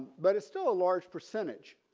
but it's still a large percentage.